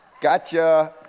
Gotcha